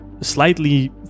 slightly